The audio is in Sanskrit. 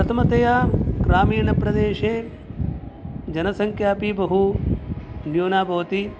प्रथमतया ग्रामीणप्रदेशे जनसंख्या अपि बहु न्यूना भवति